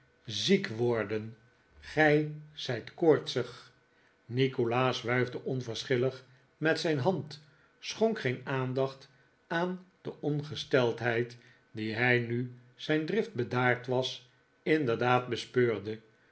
ziek worden gij zijt koortsig nikolaas wuifde onverschillig met zijn hand schonk geen aandacht aan de ongesteldheid die hij nu zijn drift bedaard was inderdaad bespeurde